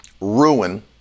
ruin